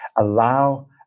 Allow